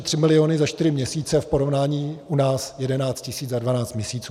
Tři miliony za čtyři měsíce v porovnání u nás jedenáct tisíc za dvanáct měsíců.